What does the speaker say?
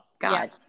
god